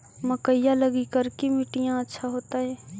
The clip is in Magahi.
मकईया लगी करिकी मिट्टियां अच्छा होतई